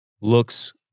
looks